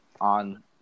on